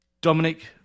Dominic